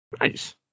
Nice